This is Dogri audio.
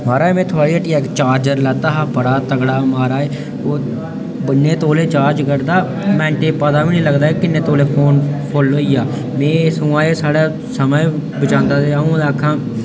मा'राज में थुआड़ी हट्टी दा इक चार्जर लैता हा बड़ा तगड़ा मा'राज ओह् इन्ने तौले चार्ज करदा मैंटे च पता बी निं लगदा ऐ किन्ने तौले फोन फुल्ल होई गेआ में सगुआं एह् साढ़ा समें बचांदा रेहा अ'ऊं ते आक्खां